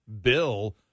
bill